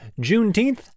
Juneteenth